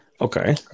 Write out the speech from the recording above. Okay